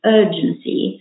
urgency